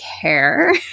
care